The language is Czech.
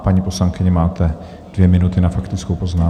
Paní poslankyně, máte dvě minuty na faktickou poznámku.